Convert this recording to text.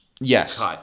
Yes